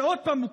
שעוד פעם,